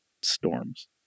storms